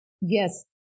Yes